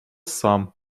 сам